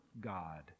god